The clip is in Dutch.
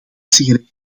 sigaretten